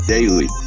Daily